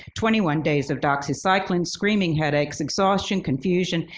twenty one days of doxycycline, screaming headaches, exhaustion, confusion,